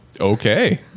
okay